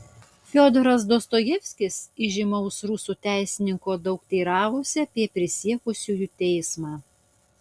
fiodoras dostojevskis įžymaus rusų teisininko daug teiravosi apie prisiekusiųjų teismą